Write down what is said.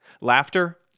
Laughter